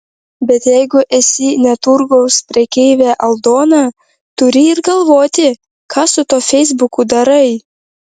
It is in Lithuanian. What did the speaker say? bet jeigu esi ne turgaus prekeivė aldona turi ir galvoti ką su tuo feisbuku darai